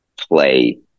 play